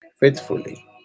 Faithfully